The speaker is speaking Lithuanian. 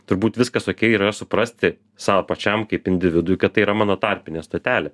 turbūt viskas okei ir yra suprasti sau pačiam kaip individui kad tai yra mano tarpinė stotelė